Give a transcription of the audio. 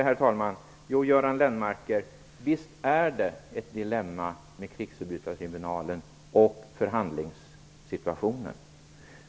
Herr talman! Ja, Göran Lennmarker, visst är det ett dilemma med krigsförbrytartribunalen och förhandlingssituationen.